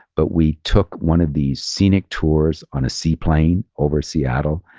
but we took one of these scenic tours on a sea plane over seattle.